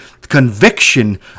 conviction